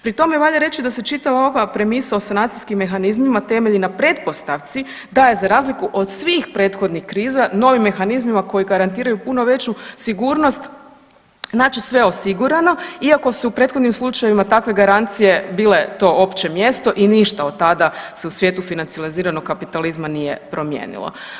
Pri tome valja reći da se čitava ova premisa o sanacijskim mehanizmima temelji na pretpostavci da je za razliku od svih prethodnih kriza novim mehanizmima koji garantiraju puno veću sigurnost znači sve osigurano iako su u prethodnim slučajevima takve garancije bile to opće mjesto i ništa od tada se u svijetu financiliziranog kapitalizma nije promijenilo.